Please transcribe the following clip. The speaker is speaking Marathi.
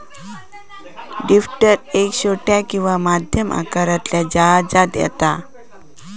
ड्रिफ्टर एक छोट्या किंवा मध्यम आकारातल्या जहाजांत येता